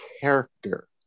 character